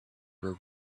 were